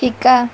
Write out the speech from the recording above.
শিকা